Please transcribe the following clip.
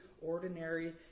ordinary